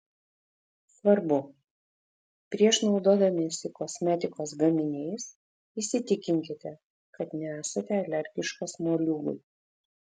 svarbu prieš naudodamiesi kosmetikos gaminiais įsitikinkite kad nesate alergiškas moliūgui